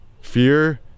fear